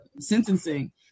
sentencing